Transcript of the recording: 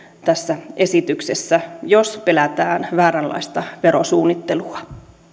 tässä esityksessä jos pelätään vääränlaista verosuunnittelua